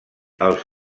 els